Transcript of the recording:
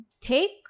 take